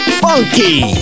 funky